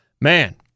Man